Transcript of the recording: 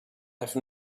have